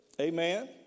Amen